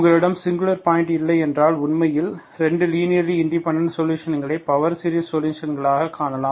உங்களிடம் singular point இல்லையென்றால் உண்மையில் 2 லீனியர் இண்டிபெண்டன்ட் சொலுஷன்களை பவர் சீரிஸ் சொலுஷன்களாகக் காணலாம்